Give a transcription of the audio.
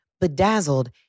bedazzled